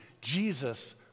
Jesus